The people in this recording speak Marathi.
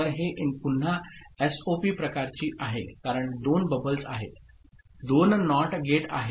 तर हे पुन्हा एसओपी प्रकारची आहे कारण दोन बबल्स आहेत दोन NOT गेट आहेत